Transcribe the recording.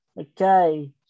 Okay